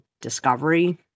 Discovery